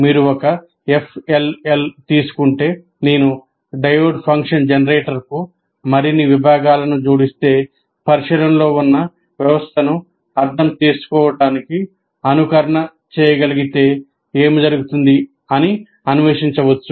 మీరు ఒక FLL తీసుకుంటే నేను డయోడ్ ఫంక్షన్ జెనరేటర్కు మరిన్ని విభాగాలను జోడిస్తే 'పరిశీలనలో ఉన్న వ్యవస్థను అర్థం చేసుకోవడానికి అనుకరణ చేయగలిగితేఏమి జరుగుతుంది అన్వేషించవచ్చు